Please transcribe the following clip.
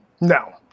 No